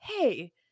hey